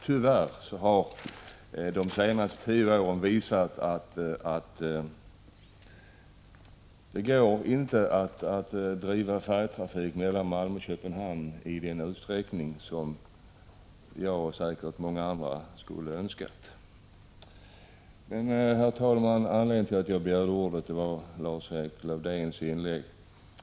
Tyvärr har de senaste tio åren visat att det inte går att driva färjetrafik mellan Malmö och Köpenhamn i den utsträckning som jag och säkert många andra skulle önska. Herr talman! Anledningen till att jag begärde ordet var Lars-Erik Lövdéns inlägg.